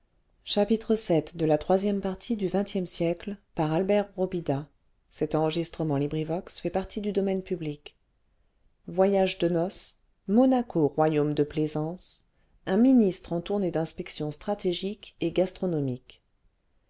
voyage de noces monaco royaume de plaisance un ministre en tournée d'inspection stratégique et gastronomique